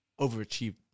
overachieved